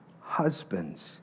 husbands